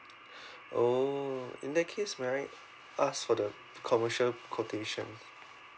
oh in that case right ask for the commercial quotation